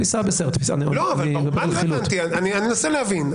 אני מנסה להבין.